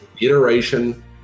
iteration